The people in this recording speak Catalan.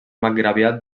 marcgraviat